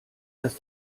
dass